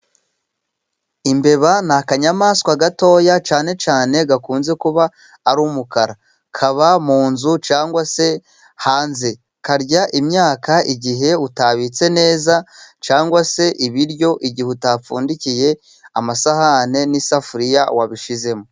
Imbeba ni akanyamaswa gatoya, cyane cyane gakunze kuba ari umukara. Kaba mu nzu cg se hanze. Karya imyaka igihe utabitse neza, cyangwa se ibiryo igihe utapfundikiye amasahane n'isafuriya wabishizemo.